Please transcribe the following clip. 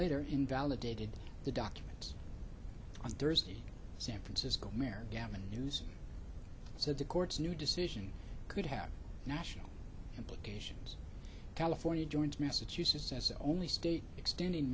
later invalidated the documents on thursday san francisco mayor gavin newsom said the court's new decision could have national implications california joins massachusetts as the only state extending